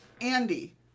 Andy